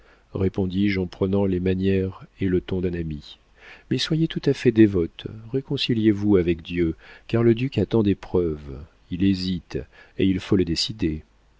répondis-je en prenant les manières et le ton d'un ami mais soyez tout à fait dévote réconciliez vous avec dieu car le duc attend des preuves il hésite et il faut le décider